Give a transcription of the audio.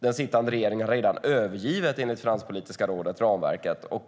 Den sittande regeringen har redan övergivit ramverket, enligt Finanspolitiska rådet.